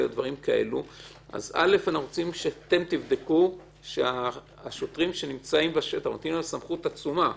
אז אנחנו רוצים שאתם תבדקו כי השוטרים שנמצאים בשטח מקבלים סמכות גדולה.